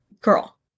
girl